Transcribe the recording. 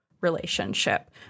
relationship